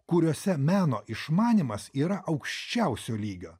kuriuose meno išmanymas yra aukščiausio lygio